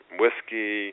whiskey